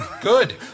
Good